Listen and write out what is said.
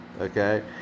okay